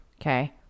Okay